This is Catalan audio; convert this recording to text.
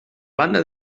banda